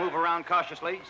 move around cautiously